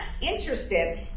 interested